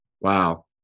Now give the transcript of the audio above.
Wow